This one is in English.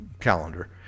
calendar